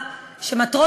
אדוני השר.